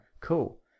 Cool